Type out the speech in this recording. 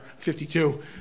52